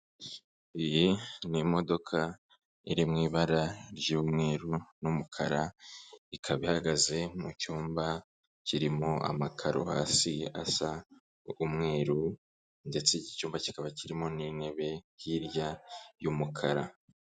Iyi ni imodoka iri mu ibara ry'umweru n'umukara, ikaba ihagaze mu cyumba kirimo amakaro hasi asa umweru ndetse iki cyumba kikaba kirimo n'intebe hirya y'umukara.